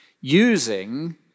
using